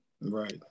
Right